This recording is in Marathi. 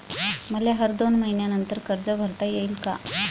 मले हर दोन मयीन्यानंतर कर्ज भरता येईन का?